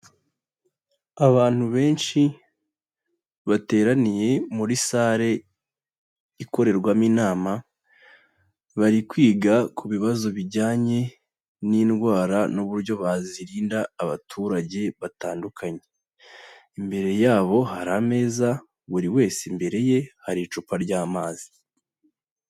Abantu benshi bateraniye muri sale ikorerwamo inama, bari kwiga ku bibazo bijyanye n'indwara n'uburyo bazirinda abaturage batandukanye. Imbere yabo hari ameza, buri wese imbere ye hari icupa ry'amazi.